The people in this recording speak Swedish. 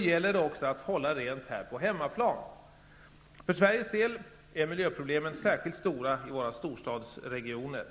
gäller det också att hålla rent på hemmaplan. För Sveriges del är miljöproblemen särskilt stora i våra storstadsregioner.